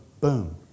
boom